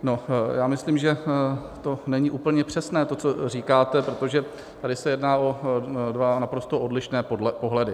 No, já myslím, že to není úplně přesné, to, co říkáte, protože tady se jedná o dva naprosto odlišné pohledy.